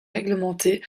réglementé